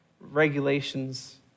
regulations